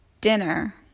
dinner